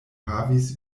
havis